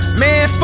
man